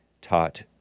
taught